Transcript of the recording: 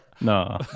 No